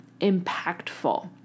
impactful